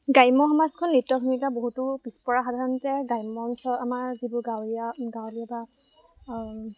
গ্ৰাম্য সমাজখন নৃত্যৰ ভূমিকা বহুতো পিছপৰা সাধাৰণতে গ্ৰাম্য অঞ্চল আমাৰ যিবোৰ গাঁৱলীয়া গাঁৱলীয়া বা